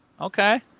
Okay